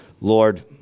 Lord